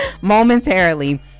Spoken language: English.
Momentarily